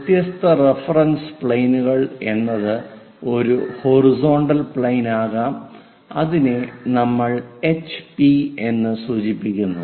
വ്യത്യസ്ത റഫറൻസ് പ്ലെയിനുകൾ എന്നത് ഒരു ഹൊറിസോണ്ടൽ പ്ലെയിൻ ആകാം അതിനെ നമ്മൾ എച്ച്പി എന്ന് സൂചിപ്പിക്കുന്നു